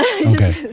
Okay